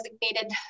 designated